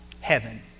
heaven